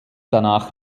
danach